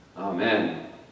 Amen